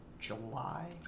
July